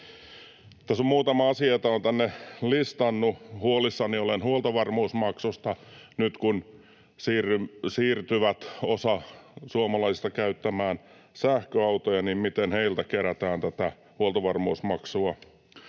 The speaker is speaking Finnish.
Tässä on muutama asia, joita olen tänne listannut: Huolissani olen huoltovarmuusmaksusta: nyt kun osa suomalaisista siirtyy käyttämään sähköautoja, niin miten heiltä kerätään tätä huoltovarmuusmaksua?